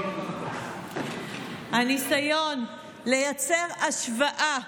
הניסיון לייצר השוואה,